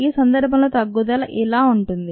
ఈ సందర్భంలో తగ్గుదల ఇలా ఉంటుంది